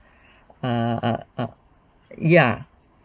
uh uh uh ya